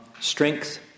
strength